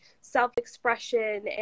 self-expression